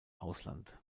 ausland